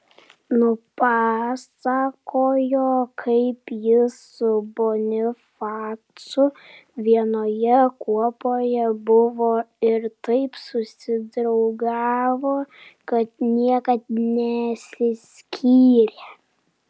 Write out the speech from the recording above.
nupasakojo kaip jis su bonifacu vienoje kuopoje buvo ir taip susidraugavo kad niekad nesiskyrė